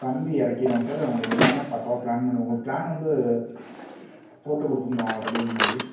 கம்பி இறக்கிருவோம் சார் உங்களுக்கு எல்லாமே பக்காவாக ப்ளேன் பண்ணி உங்களுக்கு ப்ளேன் வந்து போட்டுக் கொடுத்துருந்தோம் ஆல்ரெடியே முன்னாடி